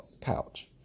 couch